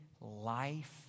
life